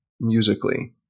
musically